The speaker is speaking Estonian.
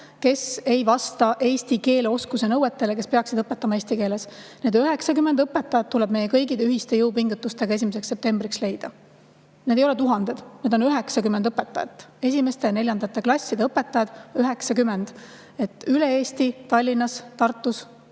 kes ei vasta eesti keele oskuse nõuetele, kes peaksid õpetama eesti keeles. Need 90 õpetajat tuleb meie kõikide ühiste jõupingutustega 1. septembriks leida. Neid ei ole tuhandeid, on 90 esimeste ja neljandate klasside õpetajat üle Eesti. Tallinnas, Tartus,